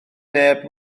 neb